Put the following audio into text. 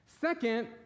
Second